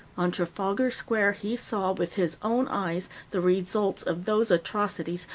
on trafalgar square he saw with his own eyes the results of those atrocities,